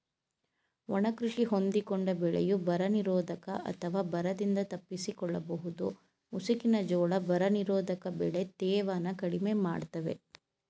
ಒಣ ಕೃಷಿ ಹೊಂದಿಕೊಂಡ ಬೆಳೆಯು ಬರನಿರೋಧಕ ಅಥವಾ ಬರದಿಂದ ತಪ್ಪಿಸಿಕೊಳ್ಳಬಹುದು ಮುಸುಕಿನ ಜೋಳ ಬರನಿರೋಧಕ ಬೆಳೆ ತೇವನ ಕಡಿಮೆ ಮಾಡ್ತವೆ